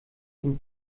dem